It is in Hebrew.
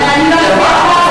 אבל אני לא אצביע בעד,